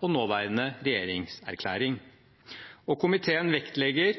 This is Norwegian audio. og nåværende regjeringserklæring. Og komiteen vektlegger